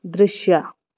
ದೃಶ್ಯ